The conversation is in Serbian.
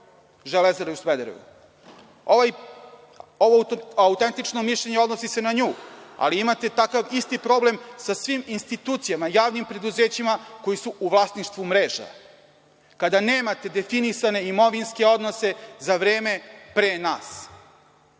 Železare u Smederevu, ovo autentično mišljenje odnosi se na nju, ali imate takav isti problem sa svim institucijama i javnim preduzećima koji su u vlasništvu mreža, kada nemate definisane imovinske odnose za vreme pre nas. Mi